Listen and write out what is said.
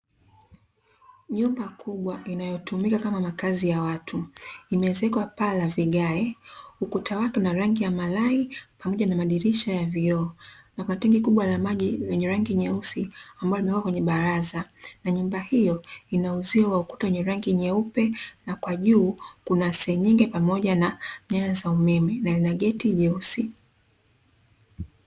Nyumba kubwa inayotumika kama makazi ya watu imeezekwa paa la vigae, ukuta wake una rangi ya malai pamoja na madisha ya vioo na kuna tenki kubwa la maji la rangi nyeusi ambalo limewekwa kwenye baraza. Nyumba hiyo inauzio wa ukuta wenye rangi nyeupe na kwa juu kuna senyenge pamoja na nyaya za umeme na lina geti jeusi.